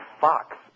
Fox